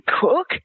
cook